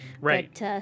Right